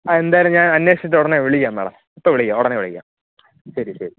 ആ എന്തായാലും ഞാൻ അന്വേഷിച്ചിട്ട് ഉടനെ വിളിക്കാം മേഡം ഇപ്പോൾ വിളിക്കാം ഉടനെ വിളിക്കാം ശരി ശരി